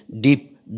deep